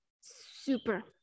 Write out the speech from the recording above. Super